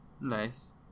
Nice